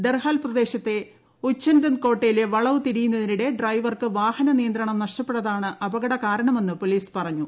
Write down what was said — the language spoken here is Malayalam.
ദർഹാൽ പ്രദേശത്തെ ഉച്ചൻ ദന്ത്കോട്ടയിലെ വളവ് തിരിയുന്നതിനിടെ ഡ്രൈവർക്ക് വാഹന നിയന്ത്രണം നഷ്ടപ്പെട്ടതാണ് അപകടകാരണമെന്ന് പോലീസ് പറഞ്ഞു